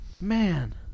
man